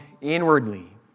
inwardly